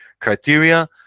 criteria